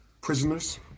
Prisoners